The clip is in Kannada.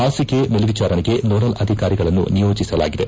ಹಾಸಿಗೆ ಮೇಲ್ವಿಚಾರಣೆಗೆ ನೋಡಲ್ ಅಧಿಕಾರಿಗಳನ್ನು ನಿಯೋಜಿಸಲಾಗಿದೆ